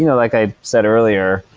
you know like i said earlier,